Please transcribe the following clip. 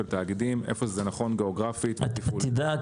תאגידים איפה שזה נכון גיאוגרפית -- אתה יודע,